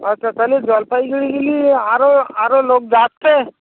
আচ্ছা তাহলে জলপাইগুড়ি গিলি আরও আরও লোক যাচ্ছে